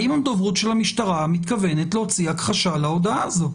האם הדוברות של המשטרה מתכוונת להוציא הכחשה על ההודעה הזאת?